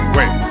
Wait